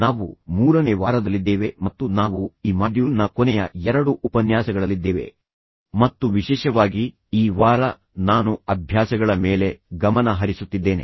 ನಾವು ಮೂರನೇ ವಾರದಲ್ಲಿದ್ದೇವೆ ಮತ್ತು ನಾವು ಈ ಮಾಡ್ಯೂಲ್ ನ ಕೊನೆಯ ಎರಡು ಉಪನ್ಯಾಸಗಳಲ್ಲಿದ್ದೇವೆ ಮತ್ತು ವಿಶೇಷವಾಗಿ ಈ ವಾರ ನಾನು ಅಭ್ಯಾಸಗಳ ಮೇಲೆ ಗಮನ ಹರಿಸುತ್ತಿದ್ದೇನೆ